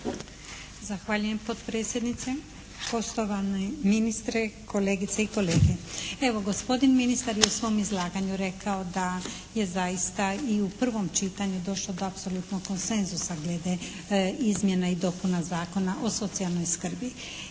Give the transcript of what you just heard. Zahvaljujem. Potpredsjednice, poštovani ministre, kolegice i kolege. Evo, gospodin ministar je u svom izlaganju rekao da je zaista i u prvom čitanju došlo do apsolutnog konsenzusa glede izmjena i dopuna Zakona o socijalnoj skrbi.